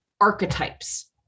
archetypes